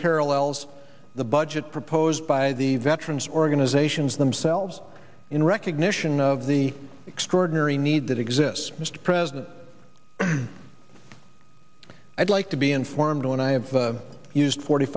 parallels the budget proposed by the veterans organizations themselves in recognition of the extraordinary need that exists mr president i'd like to be in form two and i have used forty